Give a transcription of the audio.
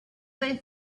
they